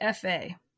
FA